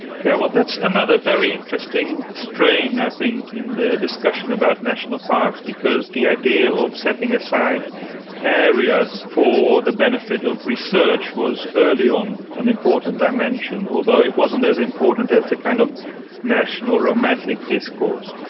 yeah that's another very interesting strain i think in the discussion about national parks because the idea of setting aside areas for the benefit of research was early on an important dimension, although it wasn't as important as the kind of national romantic discourse.